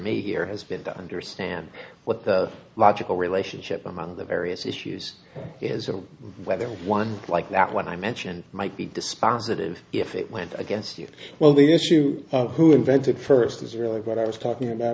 me here has been to understand what the logical relationship among the various issues is or whether one like that one i mentioned might be dispositive if it went against you well the issue of who invented first is really what i was talking about